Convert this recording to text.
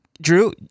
Drew